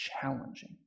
challenging